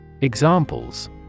Examples